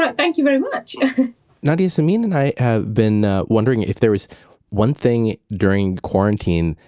but thank you very much nadiya, samin and i have been wondering if there was one thing during quarantine,